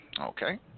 Okay